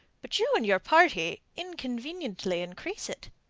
but you and your party inconveniently increase it.